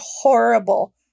horrible